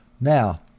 Now